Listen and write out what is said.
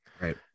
Right